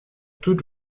toutes